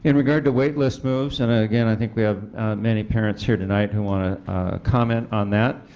in regards to waitlist moves and again i think we have many parents here tonight who want to comment on that,